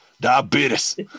Diabetes